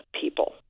people